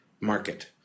market